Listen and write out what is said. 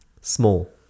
Small